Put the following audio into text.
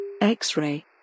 X-Ray